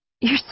You're